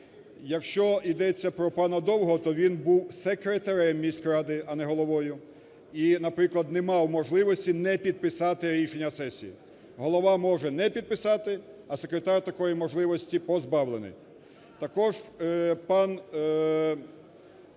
Якщо йдеться про пана Довгого, то він був секретарем міськради, а не головою і, наприклад, не мав можливості не підписати рішення сесії. Голова може не підписати, а секретар такої можливості позбавлений. Також пан